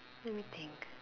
let me think